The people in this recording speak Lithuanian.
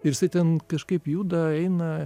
ir jis ten kažkaip juda eina